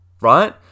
right